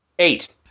Eight